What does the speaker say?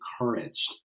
encouraged